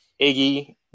Iggy